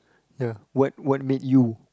ya what what made you